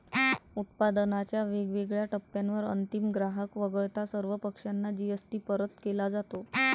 उत्पादनाच्या वेगवेगळ्या टप्प्यांवर अंतिम ग्राहक वगळता सर्व पक्षांना जी.एस.टी परत केला जातो